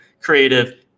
creative